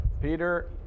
Peter